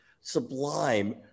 sublime